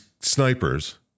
snipers